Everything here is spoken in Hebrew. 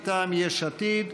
מטעם יש עתיד,